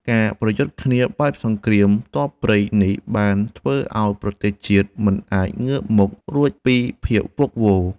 ការប្រយុទ្ធគ្នាបែបសង្គ្រាមទ័ពព្រៃនេះបានធ្វើឱ្យប្រទេសជាតិមិនអាចងើបមុខរួចពីភាពវឹកវរ។